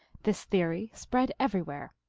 this theory spread everywhere.